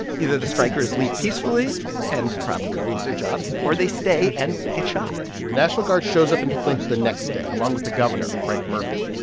either the strikers leave peacefully and probably lose their jobs or they stay and get shot the national guard shows up in flint the next day, along with the governor, frank murphy.